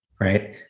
right